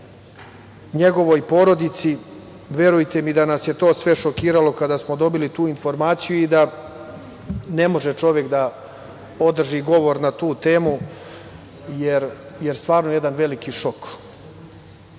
njegovoj porodici. Verujte mi da nas je sve to šokiralo kada smo dobili tu informaciju i da ne može čovek da održi govor na tu temu, jer stvarno je jedan veliki šok. Isto